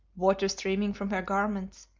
water streaming from her garments,